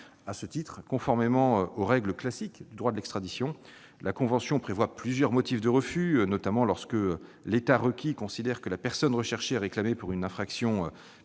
À ce titre, conformément aux règles classiques du droit de l'extradition, la convention prévoit plusieurs motifs de refus, notamment lorsque l'État requis considère que la personne recherchée est réclamée pour une infraction